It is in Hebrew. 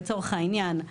לצורך העניין,